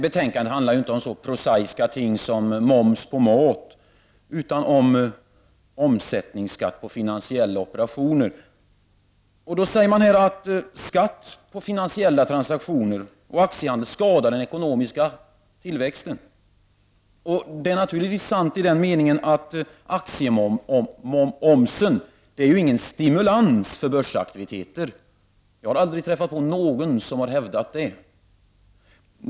Betänkandet handlar ju inte om så prosaiska ting som moms på mat utan om omsättningsskatt på finansiella operationer. Här har sagts att skatt på finansiella transaktioner och aktiehandel skadar den ekonomiska tillväxten. Det är naturligtvis sant i den meningen att aktieomsen inte är någon stimulans för börsaktiviteter. Jag har aldrig träffat någon som har hävdat det.